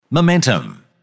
Momentum